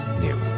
new